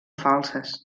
falses